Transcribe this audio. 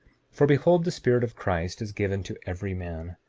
for behold, the spirit of christ is given to every man,